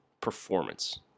performance